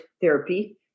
therapy